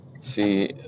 see